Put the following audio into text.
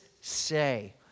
say